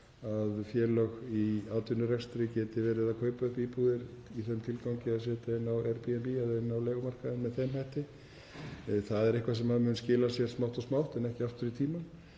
að félög í atvinnurekstri geti verið að kaupa upp íbúðir í þeim tilgangi að setja inn á Airbnb eða inn á leigumarkaðinn með þeim hætti. Það er eitthvað sem mun skila sér smátt og smátt en ekki aftur í tímann.